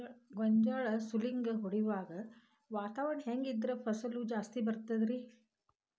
ಗೋಂಜಾಳ ಸುಲಂಗಿ ಹೊಡೆಯುವಾಗ ವಾತಾವರಣ ಹೆಂಗ್ ಇದ್ದರ ಫಸಲು ಜಾಸ್ತಿ ಬರತದ ರಿ?